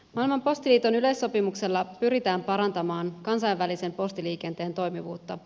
maailman postiliiton yleissopimuksella pyritään parantamaan kansainvälisen postiliikenteen toimivuutta